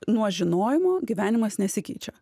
nuo žinojimo gyvenimas nesikeičia